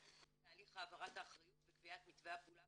תהליך העברת האחריות וקביעת מתווה הפעולה